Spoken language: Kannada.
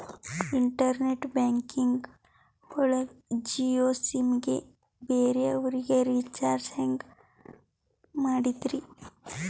ಇಂಟರ್ನೆಟ್ ಬ್ಯಾಂಕಿಂಗ್ ಒಳಗ ಜಿಯೋ ಸಿಮ್ ಗೆ ಬೇರೆ ಅವರಿಗೆ ರೀಚಾರ್ಜ್ ಹೆಂಗ್ ಮಾಡಿದ್ರಿ?